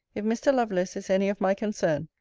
if mr. lovelace is any of my concern,